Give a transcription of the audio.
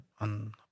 on